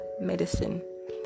medicine